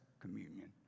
communion